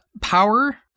power